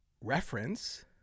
reference